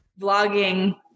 vlogging